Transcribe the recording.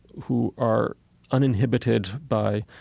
who are uninhibited by,